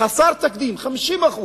חסר תקדים, 50%